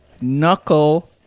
knuckle